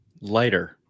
lighter